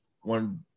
one